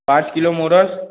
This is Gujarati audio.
પાંચ કિલો મોરસ